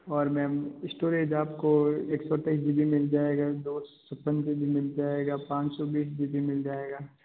और ma'am storage आपको एक सौ तेईस जी बी मिल जाएगा दो सौ छप्पन जी बी मिल जाएगा पाँच सौ बीस जी बी मिल जाएगा